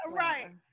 Right